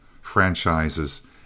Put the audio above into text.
Franchises